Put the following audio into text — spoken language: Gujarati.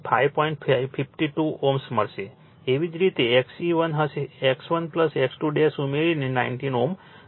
એવી જ રીતે XE1 હશે X1 X2 ઉમેરોને 19 Ω મળશે